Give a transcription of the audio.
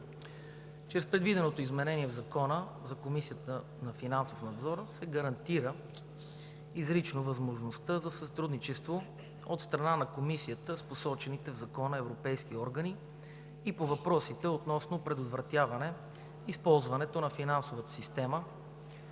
Чрез предвиденото изменение в Закона за Комисията за финансов надзор се гарантира изрично възможността за сътрудничество от страна на Комисията с посочените в Закона европейски органи и по въпросите относно предотвратяване използването на финансовата система